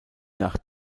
nach